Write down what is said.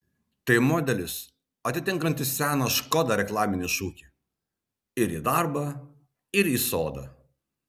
tai modelis atitinkantis seną škoda reklaminį šūkį ir į darbą ir į sodą